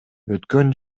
өткөн